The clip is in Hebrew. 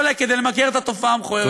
אלי כדי למגר את התופעה המכוערת הזאת.